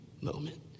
moment